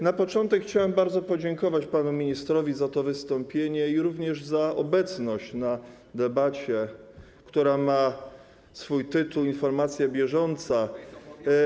Na początek chciałem bardzo podziękować panu ministrowi za to wystąpienie, jak również za obecność na debacie, która ma tytuł: Informacja bieżąca.